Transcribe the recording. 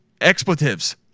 expletives